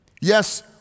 Yes